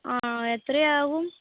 ആ എത്രയാകും